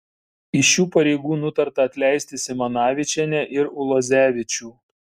iš šių pareigų nutarta atleisti simanavičienę ir ulozevičių